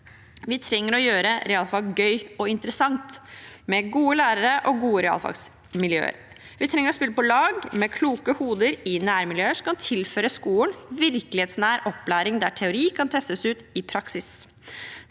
Vi trenger å gjøre realfag gøy og interessant med gode lærere og gode realfagsmiljøer. Vi trenger å spille på lag med kloke hoder i nærmiljøet som kan tilføre skolen virkelighetsnær opplæring – der teori kan testes ut i praksis.